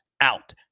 out